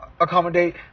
accommodate